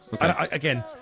Again